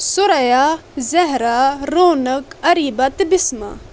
سریا زہرا رونق اریٖبا تہٕ بسمہ